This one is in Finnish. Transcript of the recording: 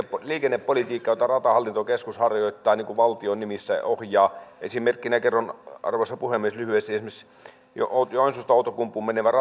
liikennepolitiikka jota ratahallintokeskus harjoittaa niin kuin valtion nimissä ohjaa esimerkkinä kerron arvoisa puhemies lyhyesti esimerkiksi joensuusta outokumpuun menevällä